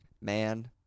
Man